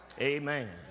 Amen